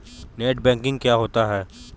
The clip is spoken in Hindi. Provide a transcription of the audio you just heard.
नेट बैंकिंग क्या होता है?